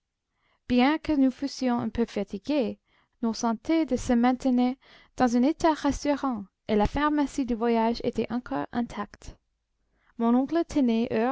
bien que nous fussions un peu fatigués nos santés se maintenaient dans un état rassurant et la pharmacie de voyage était encore intacte mon oncle tenait